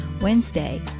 Wednesday